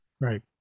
Right